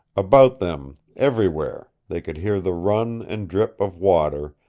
about them everywhere they could hear the run and drip of water,